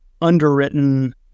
underwritten